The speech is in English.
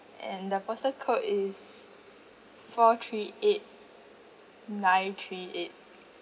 and the postal code is four three eight nine three eigtht